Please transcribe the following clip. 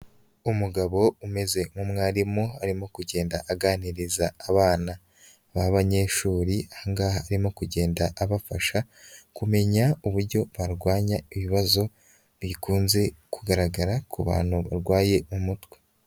Umugabo umeze nk'umwarimu, arimo kugenda aganiriza abana b'abanyeshuri, aha ngaha arimo kugenda abafasha kumenya uburyo barwanya ibibazo bikunze kugaragara ku bantu barwaye umutwe.